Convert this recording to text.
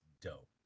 dope